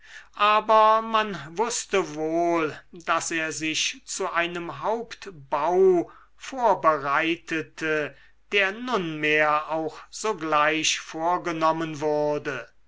aber man wußte wohl daß er sich zu einem hauptbau vorbereitete der nunmehr auch sogleich vorgenommen wurde